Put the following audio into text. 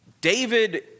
David